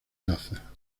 taza